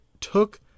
took